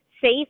safe